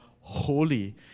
holy